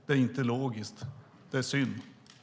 Det är inte logiskt. Det är synd.